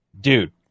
dude